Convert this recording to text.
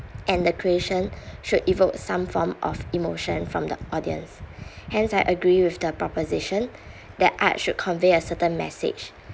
and the creation should evoke some form of emotion from the audience hence I agree with the proposition that art should convey a certain message